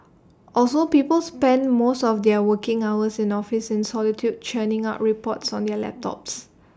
also people spend most of their working hours in office in solitude churning out reports on their laptops